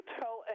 tell